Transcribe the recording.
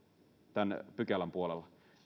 tämän pykälän puolella